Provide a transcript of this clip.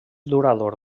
durador